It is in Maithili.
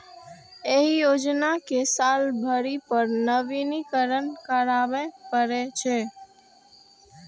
एहि योजना कें साल भरि पर नवीनीकरण कराबै पड़ै छै